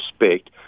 respect